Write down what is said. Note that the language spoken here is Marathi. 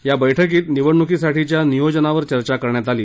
या बैठकीत निवडणूकीसाठीच्या नियोजनावर चर्चा करण्यात आली